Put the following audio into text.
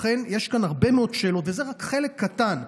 לכן, יש כאן הרבה מאוד שאלות, וזה רק חלק קטן.